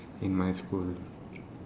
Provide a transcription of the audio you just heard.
in my school